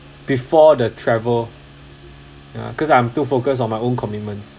before the travel yeah cause I'm too focused on my own commitments